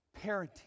parenting